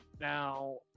Now